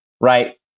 right